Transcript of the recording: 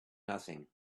nothing